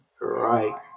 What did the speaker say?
right